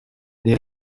des